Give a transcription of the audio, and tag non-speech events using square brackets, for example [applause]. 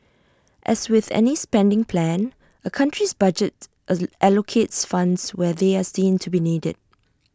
as with any spending plan A country's budget [unintelligible] allocates funds where they are seen to be needed